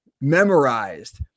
memorized